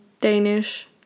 Danish